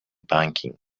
banking